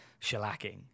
shellacking